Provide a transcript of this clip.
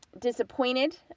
disappointed